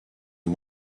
are